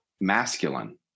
masculine